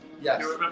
Yes